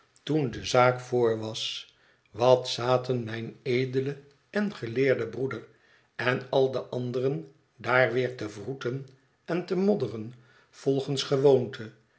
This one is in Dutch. toen de zaak voor was wat zaten mijn edele en geleerde broeder en al de anderen daar weer te wroeten en te modderen volgens gewoonte